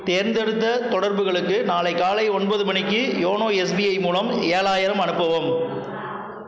தேர்ந்தெடுத்த தொடர்புகளுக்கு நாளை காலை ஒன்பது மணிக்கு யோனோ எஸ்பிஐ மூலம் ஏழாயிரம் அனுப்பவும்